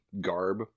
garb